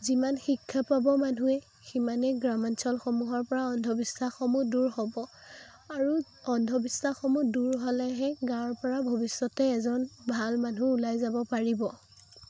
যিমান শিক্ষা পাব মানুহে সিমানেই গ্ৰামাঞ্চলসমূহৰ পৰা অন্ধবিশ্বাসসমূহ দূৰ হ'ব আৰু অন্ধবিশ্বাসমূহ দূৰ হ'লেহে তাৰ পৰা ভৱিষ্য়তে এজন ভাল মানুহ ওলাই যাব পাৰিব